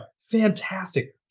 fantastic